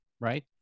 right